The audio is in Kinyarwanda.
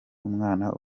umwana